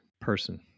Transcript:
person